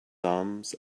arms